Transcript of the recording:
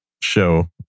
show